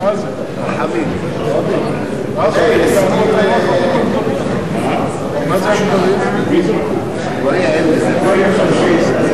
נא לצלצל כי